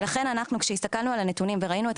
ולכן אנחנו כשהסתכלנו על הנתונים וראינו את